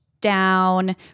down